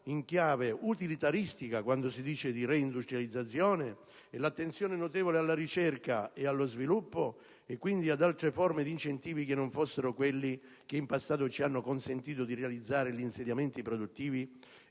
in chiave utilitaristica (o, come detto, di reindustrializzazione), l'attenzione notevole alla ricerca ed allo sviluppo e quindi ad altre forme di incentivi (che non fossero quelli che in passato ci hanno consentito di realizzare gli insediamenti produttivi